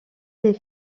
les